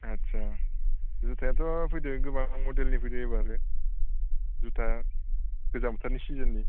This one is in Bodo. आच्चा जुथायाथ' फैदों गोबां मदेलनि फैदों एबारै जुथा गोजां बोथोरनि सिजोननि